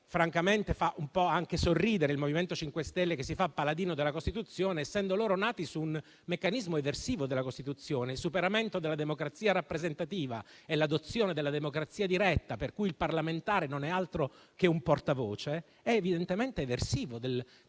Francamente fa anche un po' sorridere il MoVimento 5 Stelle che si fa paladino della Costituzione, essendo nato su un meccanismo eversivo della Costituzione: il superamento della democrazia rappresentativa e l'adozione della democrazia diretta, per cui il parlamentare non è altro che un portavoce, sono evidentemente eversivi del contenuto,